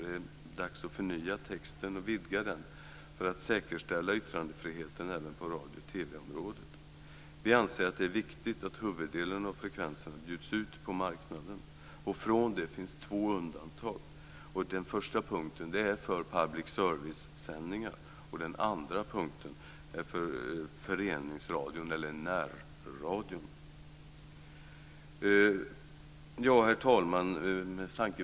Det är dags att förnya texten och vidga den för att säkerställa yttrandefriheten även på radio och TV-området. Vi anser att det är viktigt att huvuddelen av frekvenserna bjuds ut på marknaden. Från det finns två undantag. Det första gäller för public service-sändningar, och det andra gäller föreningsradion eller närradion. Herr talman!